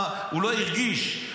הוא לא הרגיש,